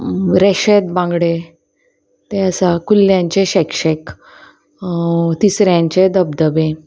रेशद बांगडे ते आसा कुल्ल्यांचे शेकशेक तिसऱ्यांचे धबधबे